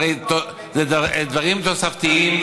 זה הרי דברים תוספתיים,